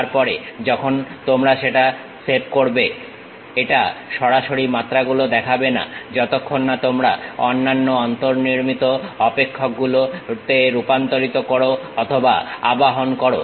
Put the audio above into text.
তারপরে যখন তোমরা সেটা সেভ করবে এটা সরাসরি মাত্রাগুলো দেখাবে না যতক্ষণ না তোমরা অন্যান্য অন্তর্নির্মিত অপেক্ষক গুলোতে রূপান্তরিত করো অথবা আবাহন করো